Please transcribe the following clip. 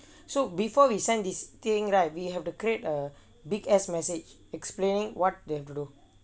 so before we send this thing right we have to create a big ass message explaining what they have to do